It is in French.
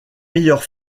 meilleurs